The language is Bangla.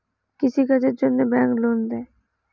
কৃষি কাজের জন্যে ব্যাংক লোন দেয়?